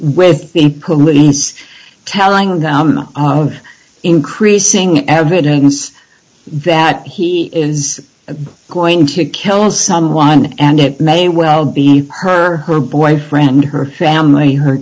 with the police telling him increasing evidence that he is going to kill someone and it may well be her her boyfriend her family her